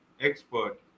expert